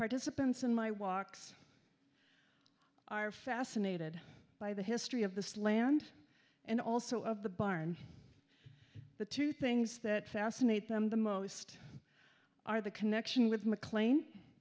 participants in my walks are fascinated by the history of this land and also of the barn the two things that fascinate them the most are the connection with mcl